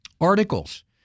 articles